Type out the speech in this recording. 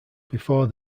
before